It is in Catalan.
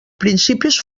principis